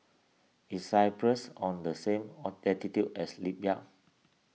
is Cyprus on the same latitude as Libya